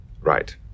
Right